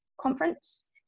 conference